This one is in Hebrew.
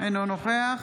אינו נוכח